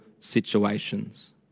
situations